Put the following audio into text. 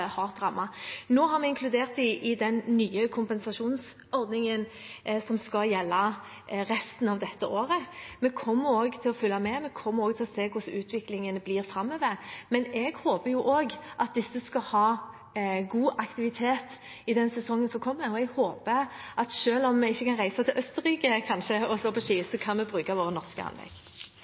Nå har vi inkludert dem i den nye kompensasjonsordningen, som skal gjelde for resten av dette året. Vi kommer også til å følge med; vi kommer til å se hvordan utviklingen blir framover. Men jeg håper også at disse skal ha god aktivitet i sesongen som kommer, og jeg håper at selv om vi kanskje ikke kan reise til Østerrike og stå på ski, kan vi bruke våre norske anlegg.